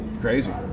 Crazy